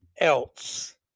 else